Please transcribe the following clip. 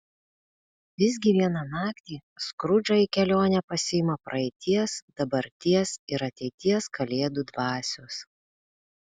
visgi vieną naktį skrudžą į kelionę pasiima praeities dabarties ir ateities kalėdų dvasios